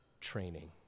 training